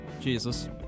Jesus